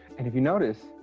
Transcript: and if you notice,